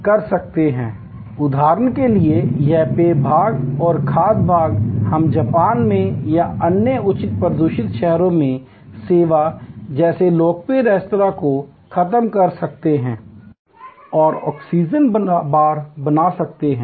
इसलिए उदाहरण के लिए यह पेय भाग और खाद्य भाग हम जापान में या अन्य उच्च प्रदूषित शहरों में सेवा जैसे लोकप्रिय रेस्तरां को खत्म कर सकते हैं और ऑक्सीजन बार बना सकते हैं